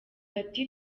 ati